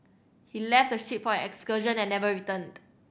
he left the ship for an excursion and never returned